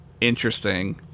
interesting